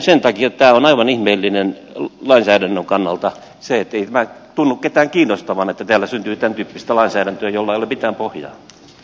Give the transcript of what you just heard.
sen takia on aivan ihmeellistä lainsäädännön kannalta se ettei tämä tunnu ketään kiinnostavan että täällä syntyy tämän tyyppistä lainsäädäntöä jolla ei ole mitään pohjaa